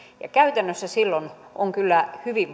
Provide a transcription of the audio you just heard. käytännössä silloin on kyllä hyvin